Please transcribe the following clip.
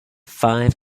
five